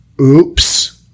Oops